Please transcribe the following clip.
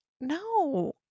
no